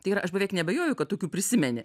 tai yra aš beveik neabejoju kad tokių prisimeni